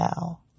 now